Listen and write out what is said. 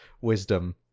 wisdom